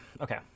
okay